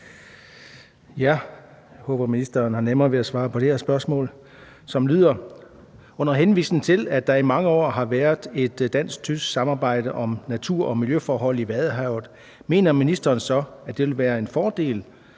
Jeg håber, ministeren har nemmere ved at svare på det her spørgsmål, som lyder: Under henvisning til, at der i mange år har været et dansk-tysk samarbejde om natur og miljøforhold i Vadehavet, mener ministeren så, at det vil være en fordel